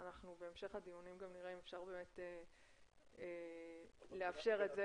אנחנו בהמשך הדיונים נראה אם אפשר באמת לאפשר את זה.